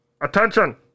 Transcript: attention